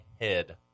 head